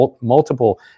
multiple